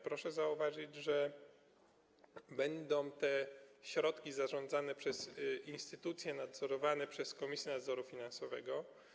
Proszę zauważyć, że te środki będą zarządzane przez instytucje nadzorowane przez Komisję Nadzoru Finansowego.